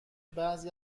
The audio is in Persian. بعضی